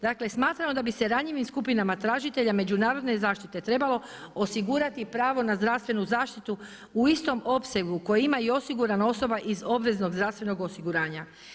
Dakle, smatramo da bi se ranjivim skupinama tražitelja međunarodne zaštite trebalo osigurati pravo na zdravstvenu zaštitu u istom opsegu koje ima i osigurana osoba iz obveznog zdravstvenog osiguranja.